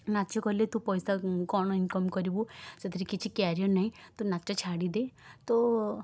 ନାଚ କଲେ ତୁ ପଇସା କ'ଣ ଇନ୍କମ୍ କରିବୁ ସେଥିରେ କିଛି କ୍ୟାରିଅର୍ ନାହିଁ ତୁ ନାଚ ଛାଡ଼ିଦେ ତୋ